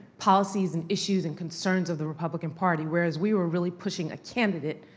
policies, and issues, and concerns of the republic and party. whereas we were really pushing a candidate,